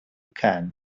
can